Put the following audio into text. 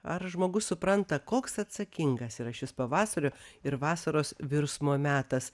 ar žmogus supranta koks atsakingas yra šis pavasario ir vasaros virsmo metas